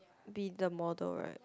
be the model right